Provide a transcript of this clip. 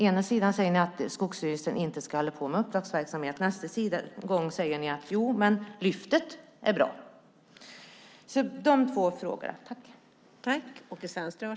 Ena gången säger ni att Skogsstyrelsen inte ska hålla på med uppdragsverksamhet, nästa gång säger ni att Lyftet är bra. Det var mina två frågor.